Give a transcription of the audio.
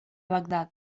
bagdad